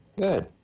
Good